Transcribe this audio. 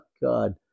God